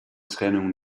trennung